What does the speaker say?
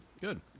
good